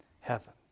heaven